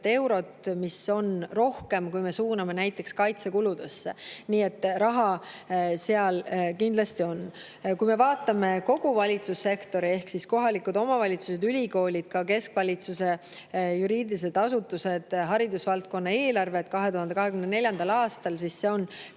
mis on rohkem, kui me suuname näiteks kaitsekuludesse. Nii et raha seal kindlasti on. Kui me vaatame kogu valitsussektorit – kohalikud omavalitsused, ülikoolid, ka keskvalitsuse juriidilised asutused, haridusvaldkonna eelarve – 2024. aastal, siis see on 2,5